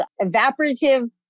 evaporative